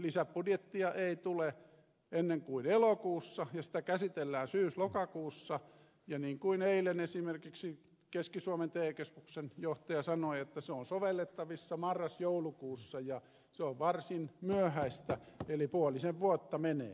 lisäbudjettia ei tule ennen kuin elokuussa ja sitä käsitellään syyslokakuussa ja niin kuin eilen esimerkiksi keski suomen te keskuksen johtaja sanoi se on sovellettavissa marrasjoulukuussa ja se on varsin myöhäistä eli puolisen vuotta menee